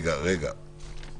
רגע, רגע, דקה.